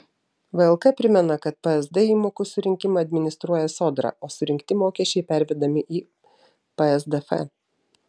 vlk primena kad psd įmokų surinkimą administruoja sodra o surinkti mokesčiai pervedami į psdf